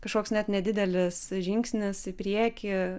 kažkoks net nedidelis žingsnis į priekį